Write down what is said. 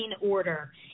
order